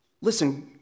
Listen